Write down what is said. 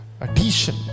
addition